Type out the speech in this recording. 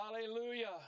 Hallelujah